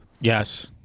Yes